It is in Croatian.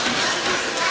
Hvala